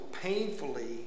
painfully